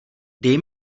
dej